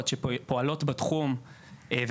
דגים,